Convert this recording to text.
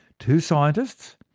two scientists,